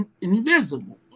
invisible